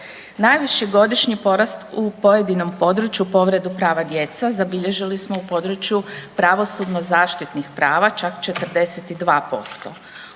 Najviši godišnji porast u pojedinom području povredu prava djece zabilježili smo u području pravosudno zaštitnih prava, čak 42%.